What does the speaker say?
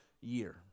year